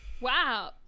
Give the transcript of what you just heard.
Wow